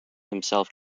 himself